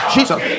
Jesus